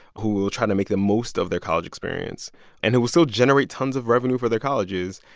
who will try to make the most of their college experience and it will still generate tons of revenue for their colleges,